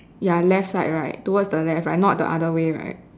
ya left side right towards the left not the other way right